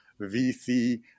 VC